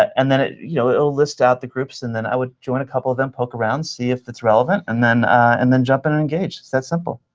and then it you know it will list out the groups, and then i would join a couple of them, poke around, see if it's relevant. and then and then jump in and engage. it's that simple.